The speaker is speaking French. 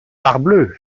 parbleu